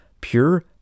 Pure